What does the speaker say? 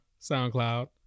SoundCloud